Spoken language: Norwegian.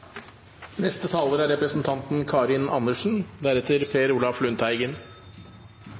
neste stortingsperiode. Representanten Karin Andersen